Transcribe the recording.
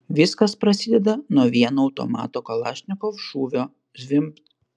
viskas prasideda nuo vieno automato kalašnikov šūvio zvimbt